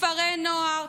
כפרי נוער,